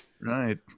Right